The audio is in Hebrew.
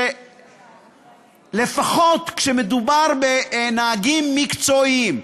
לפחות כשמדובר בנהגים מקצועיים,